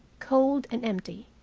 cold, and empty.